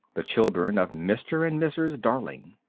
the children of mr. and mrs. darling.